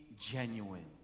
genuine